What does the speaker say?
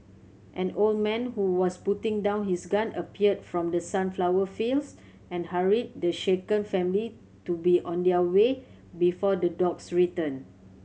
an old man who was putting down his gun appeared from the sunflower fields and hurried the shaken family to be on their way before the dogs return